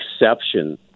exception